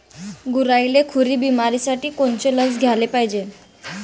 गुरांइले खुरी बिमारीसाठी कोनची लस द्याले पायजे?